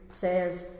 says